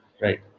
Right